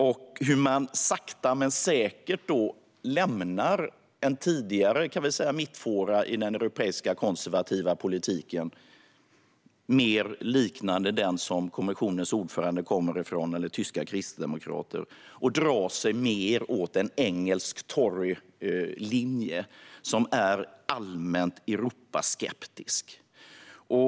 Man lämnar sakta men säkert sin tidigare mittfåra i den europeiska konservativa politiken, liknande den som kommissionens ordförande eller tyska kristdemokrater kommer från, och drar sig mer mot en engelsk torylinje som är allmänt Europaskeptisk.